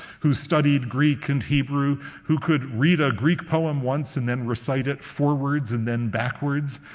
who studied greek and hebrew, who could read a greek poem once and then recite it forwards and then backwards,